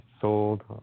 sold